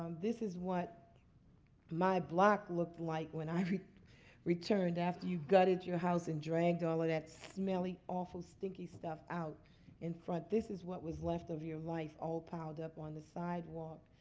this is what my block looked like when i returned after you gutted your house and dragged all of that smelly, awful, stinky stuff out in front. this is what was left of your life, all piled up on the sidewalk.